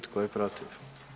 Tko je protiv?